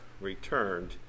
returned